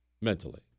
mentally